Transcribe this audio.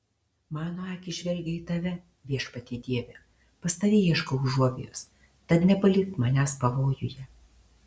mano akys žvelgia į tave viešpatie dieve pas tave ieškau užuovėjos tad nepalik manęs pavojuje